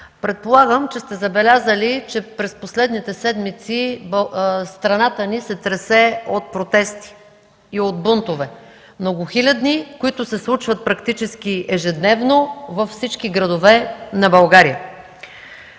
предполагам забелязали сте, че през последните седмици страната ни се тресе от протест и от бунтове – многохилядни, които се случват практически ежедневно във всички градове на България